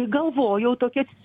galvojau tokia